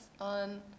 on